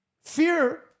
Fear